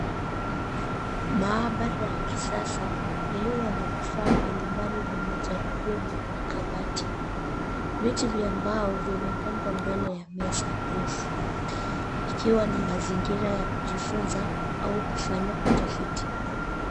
Maabara ya kisasa yaliyo na vifaa mbalimbali vya majaribio na makabati. Viti vya mbao vimepangwa mbele ya meza ndefu ikiwa ni mazingira ya kujifunza au kufanya utafiti.